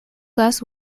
glass